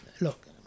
look